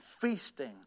feasting